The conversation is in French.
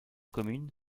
commune